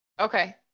Okay